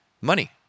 money